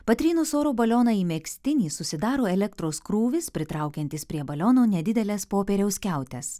patrynus oro balioną į megztinį susidaro elektros krūvis pritraukiantis prie baliono nedideles popieriaus skiautes